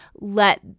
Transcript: let